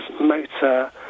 motor